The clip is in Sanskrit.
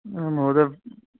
महोदय